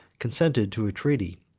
consented to a treaty,